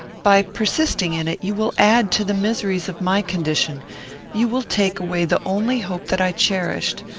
by persisting in it, you will add to the miseries of my condition you will take away the only hope that i cherished.